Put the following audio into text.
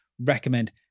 recommend